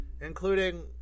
including